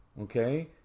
Okay